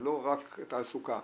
זה לא רק תעסוקה,